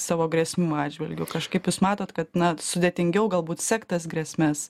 savo grėsmių atžvilgiu kažkaip jūs matot kad na sudėtingiau galbūt sekt tas grėsmes